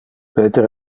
peter